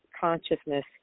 consciousness